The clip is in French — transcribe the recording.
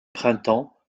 printemps